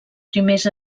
primers